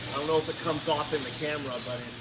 don't know if it comes off in the camera, but